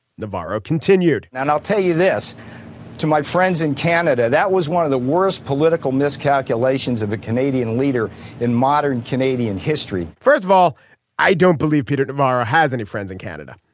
navarro continued and i'll tell you this to my friends in canada that was one of the worst political miscalculations of the canadian leader in modern canadian history first of all i don't believe peter navarro has any friends in canada.